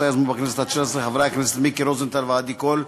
שאותה יזמו בכנסת התשע-עשרה חברי הכנסת מיקי רוזנטל ועדי קול,